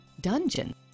dungeon